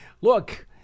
look